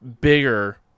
bigger